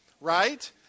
right